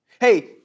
Hey